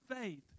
faith